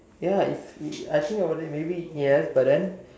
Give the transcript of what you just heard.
ya is is I think wondering maybe yes but then